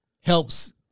Helps